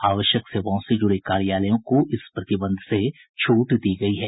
आवश्यक सेवाओं से जुड़े कार्यालयों को इस प्रतिबंध से छूट दी गयी है